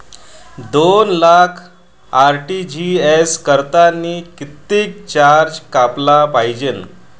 दोन लाख आर.टी.जी.एस करतांनी कितीक चार्ज कापला जाईन?